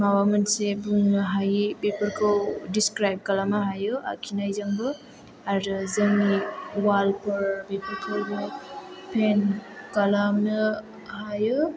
माबा मोनसे बुंनो हायि बेफोरखौ दिसक्राइब खालामनो हायो आखिनायजोंबो आरो जोंनि वालफोर बेफोरखौबो पेन्ट खालामनो हायो